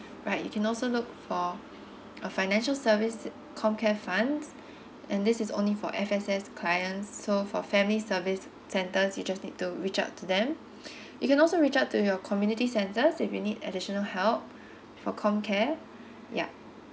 right you can also look for a financial service comcare funds and this is only for S_F_ S clients so for family service centers you just need to reach out to them you can also reach out to your community centers if you need additional help for comcare yup